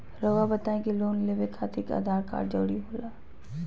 रौआ बताई की लोन लेवे खातिर आधार कार्ड जरूरी होला?